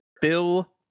Bill